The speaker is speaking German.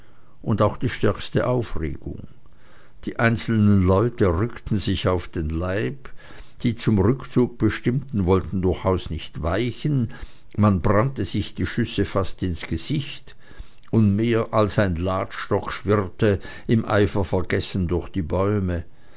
und auch die stärkste aufregung die einzelnen leute rückten sich auf den leib die zum rückzuge bestimmten wollten durchaus nicht weichen man brannte sich die schüsse fast ins gesicht und mehr als ein ladstock schwirrte im eifer vergessen durch die bäume